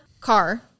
car